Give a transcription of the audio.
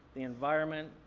the environment,